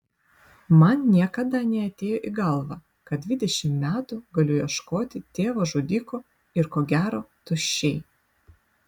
man niekada neatėjo į galvą kad dvidešimt metų galiu ieškoti tėvo žudiko ir ko gero tuščiai